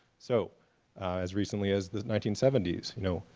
so as recently as the nineteen seventy s, you know